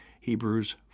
Hebrews